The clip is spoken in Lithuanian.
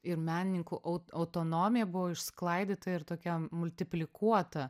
ir menininkų aut autonomija buvo išsklaidyta ir tokia multiplikuota